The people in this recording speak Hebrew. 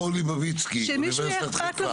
אורלי בביצקי, אוניברסיטת חיפה.